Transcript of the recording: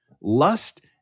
lust